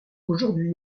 aujourd’hui